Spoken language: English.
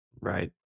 Right